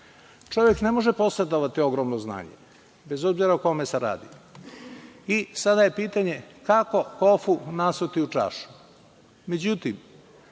Čovek ne može posedovati ogromno znanje, bez obzira o kome se radi i sada je pitanje kako kofu nasuti u čašu.